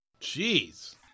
Jeez